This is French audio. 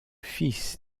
fils